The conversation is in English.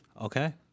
Okay